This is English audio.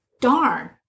darn